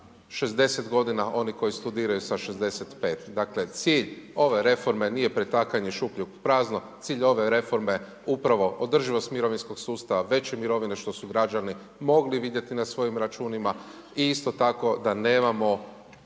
60 g. oni koji studiraju sa 65. Dakle, cilj ove reforme nije pretakanje šupljeg u prazno. Cilj ove reforme upravo održivost mirovinskog sustava, veće mirovine što su građani mogli vidjeti na svojim računima i isto tako da nemamo